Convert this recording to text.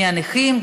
מלנכים,